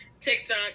TikTok